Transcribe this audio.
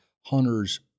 hunters